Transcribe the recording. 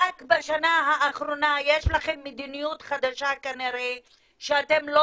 רק בשנה האחרונה יש לכם מדיניות חדשה כנראה שאתם לא